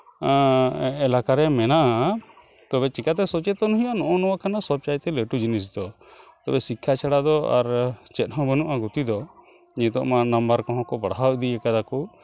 ᱮᱞᱟᱠᱟ ᱨᱮ ᱢᱮᱱᱟᱜᱼᱟ ᱛᱚᱵᱮ ᱪᱮᱠᱟᱛᱮ ᱥᱚᱪᱮᱛᱚᱱ ᱦᱩᱭᱩᱜᱼᱟ ᱱᱚᱜᱼᱚ ᱱᱚᱣᱟ ᱠᱟᱱᱟ ᱥᱚᱵᱼᱪᱟᱭᱛᱮ ᱞᱟᱹᱴᱩ ᱡᱤᱱᱤᱥ ᱫᱚ ᱛᱚᱵᱮ ᱥᱤᱠᱠᱷᱟ ᱪᱷᱟᱲᱟ ᱫᱚ ᱟᱨ ᱪᱮᱫ ᱦᱚᱸ ᱵᱟᱹᱱᱩᱜᱼᱟ ᱜᱚᱛᱤ ᱫᱚ ᱱᱤᱛᱳᱜ ᱢᱟ ᱱᱟᱢᱵᱟᱨ ᱠᱚᱦᱚᱸ ᱠᱚ ᱵᱟᱲᱦᱟᱣ ᱤᱫᱤᱭᱟᱠᱟᱫᱟ ᱠᱚ